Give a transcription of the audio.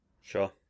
sure